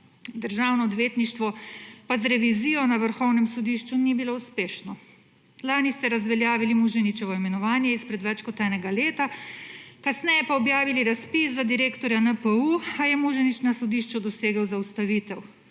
Državno odvetništvo pa z revizijo na Vrhovnem sodišču ni bilo uspešno. Lani ste razveljavili Muženičevo imenovanje izpred več kot enega leta, kasneje pa objavili razpis za direktorja NPU, a je Muženič na sodišču dosegel zaustavitev.